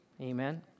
Amen